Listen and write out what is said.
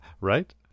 right